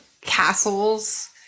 castles